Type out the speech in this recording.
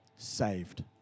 saved